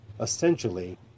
essentially